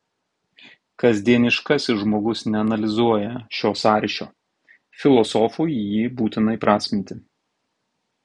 kasdieniškasis žmogus neanalizuoja šio sąryšio filosofui jį būtina įprasminti